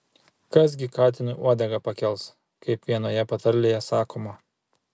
kas gi katinui uodegą pakels kaip vienoje patarlėje sakoma